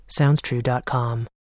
SoundsTrue.com